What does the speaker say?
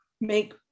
make